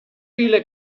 viele